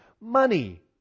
Money